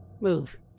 move